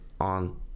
on